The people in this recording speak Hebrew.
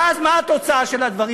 ואז מה התוצאה של הדברים?